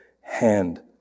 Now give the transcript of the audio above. hand